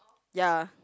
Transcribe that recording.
ya